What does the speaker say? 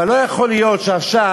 אבל לא יכול להיות שעכשיו